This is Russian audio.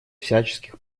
всяческих